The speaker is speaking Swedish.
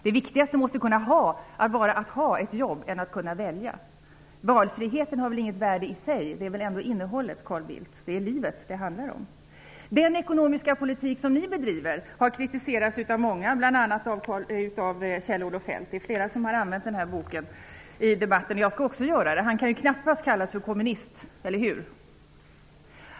Det viktigaste måste vara att man har ett jobb, inte att man kan välja. Valfriheten har väl inget värde i sig. Det är väl ändå innehållet -- livet -- som det handlar om, Carl Bildt! Den ekonomiska politik som ni bedriver har kritiserats av många, bl.a. av Kjell-Olof Feldt. Det är flera som har använt sig av hans bok i debatten. Jag skall också göra det. Kjell-Olof Feldt kan väl knappast kallas för kommunist, eller hur?